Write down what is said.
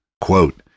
Quote